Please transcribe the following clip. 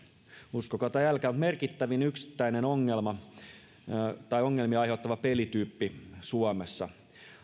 uskokaa tai älkää mutta merkittävin yksittäinen ongelmia aiheuttava pelityyppi suomessa